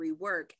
rework